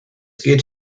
geht